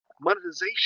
monetization